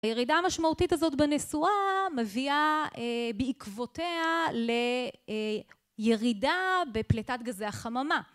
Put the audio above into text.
הירידה המשמעותית הזאת בנסועה מביאה בעקבותיה לירידה בפליטת גזי החממה.